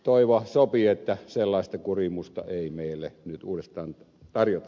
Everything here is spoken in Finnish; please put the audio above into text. toivoa sopii että sellaista kurimusta ei meille nyt uudestaan tarjota